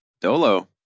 Dolo